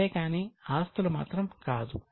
అంతేకానీ ఆస్తులు మాత్రం కాదు